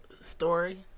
story